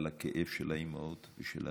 על הכאב של האימהות ושל האבות,